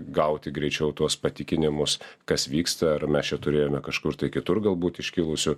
gauti greičiau tuos patikinimus kas vyksta ar mes čia turėjome kažkur tai kitur galbūt iškilusių